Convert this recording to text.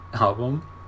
album